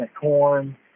corn